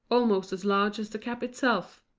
almost as large as the cap itself.